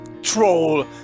Troll